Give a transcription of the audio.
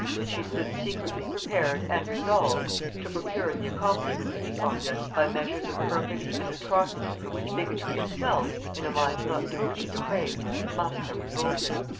and she stood secretly prepared and resolved to procure the accomplishment of this object by measures of perfidy and atrocity from which bigotry itself, in a mind not totally depraved, must have revolted.